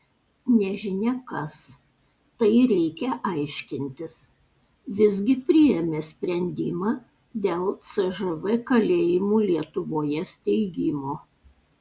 nežinia kas tai reikia aiškintis visgi priėmė sprendimą dėl cžv kalėjimų lietuvoje steigimo